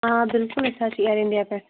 آ بِلکُل أسۍ حظ چھِ ایٚر اِنٛڈیا پیٚٹھ